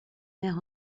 mère